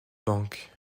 banques